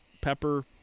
pepper